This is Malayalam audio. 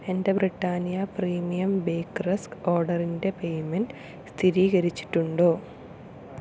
എന്റെ ബ്രിട്ടാനിയ പ്രീമിയം ബേക്ക് റസ്ക് ഓർഡറിന്റെ പേയ്മെന്റ് സ്ഥിരീകരിച്ചിട്ടുണ്ടോ